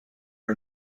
are